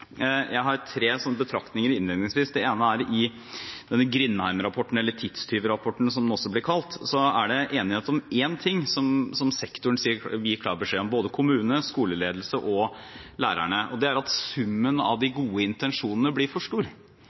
Jeg har innledningsvis tre sånne betraktninger. Det ene er: I denne Grindheim-rapporten, eller tidstyvrapporten, som den også blir kalt, er det enighet om én ting som sektoren – både kommune, skoleledelse og lærerne – gir klar beskjed om, og det er at summen av de gode intensjonene blir for stor,